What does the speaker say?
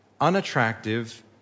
unattractive